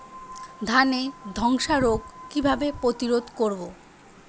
ধানে ধ্বসা রোগ কিভাবে প্রতিরোধ করব?